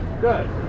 Good